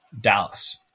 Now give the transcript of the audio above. Dallas